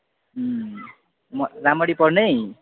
राम्रो पढ्नु है